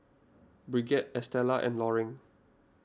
Brigitte Estella and Loring